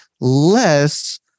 less